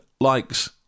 likes